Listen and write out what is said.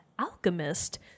alchemist